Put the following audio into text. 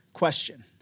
question